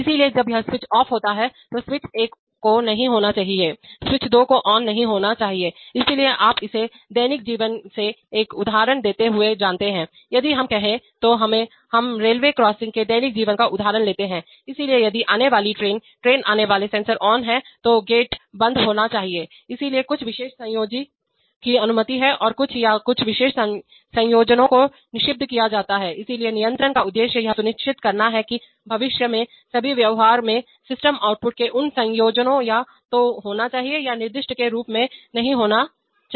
इसलिए जब यह स्विच ऑफ होता है तो स्विच एक को नहीं होना चाहिए स्विच दो को ऑन नहीं होना चाहिए इसलिए आप इसे दैनिक जीवन से एक उदाहरण देते हुए जानते हैं यदि हम कहें तो हम रेलवे क्रॉसिंग के दैनिक जीवन का उदाहरण लेते हैं इसलिए यदि आने वाली ट्रेन ट्रेन आने वाले सेंसर ऑन है तो गेट बंद होना चाहिए इसलिए कुछ विशेष संयोजनों की अनुमति है और कुछ या कुछ विशेष संयोजनों को निषिद्ध किया जा सकता है इसलिए नियंत्रण का उद्देश्य यह सुनिश्चित करना है कि भविष्य के सभी व्यवहार में सिस्टम आउटपुट के उन संयोजनों को या तो होना चाहिए या निर्दिष्ट के रूप में नहीं होना चाहिए